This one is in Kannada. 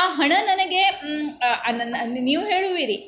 ಆ ಹಣ ನನಗೆ ಆ ನನ್ನ ನೀವು ಹೇಳುವಿರಿ